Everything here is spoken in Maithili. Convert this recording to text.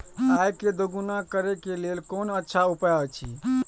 आय के दोगुणा करे के लेल कोन अच्छा उपाय अछि?